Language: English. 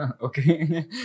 Okay